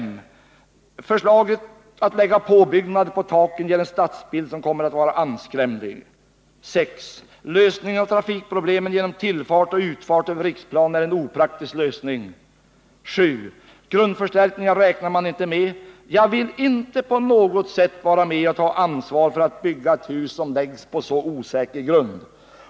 Att som föreslagits lägga påbyggnader på taken skulle ge en anskrämlig stadsbild. 6. Lösningen av trafikproblemen genom tillfart och utfart över Riksplan är opraktisk. 7. Grundförstärkningar räknar man inte med. Jag vill inte på något sätt vara med och ta ansvar för att ett riksdagshus byggs på så osäker grund.